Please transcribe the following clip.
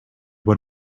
what